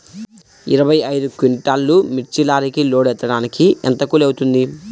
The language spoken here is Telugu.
ఇరవై ఐదు క్వింటాల్లు మిర్చి లారీకి లోడ్ ఎత్తడానికి ఎంత కూలి అవుతుంది?